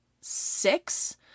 six